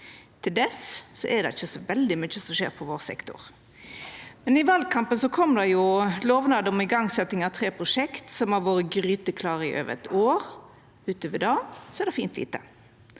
til då er det ikkje så veldig mykje som skjer i vår sektor. I valkampen kom det lovnad om igangsetjing av tre prosjekt som har vore gryteklare i over eitt år. Utover det er det fint lite.